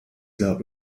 glaubt